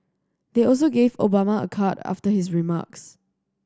they also gave Obama a card after his remarks